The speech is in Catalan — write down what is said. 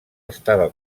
estava